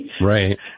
Right